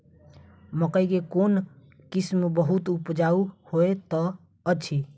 मकई केँ कोण किसिम बहुत उपजाउ होए तऽ अछि?